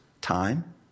Time